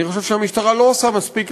אני חושב שהמשטרה לא עושה מספיק,